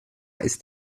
ist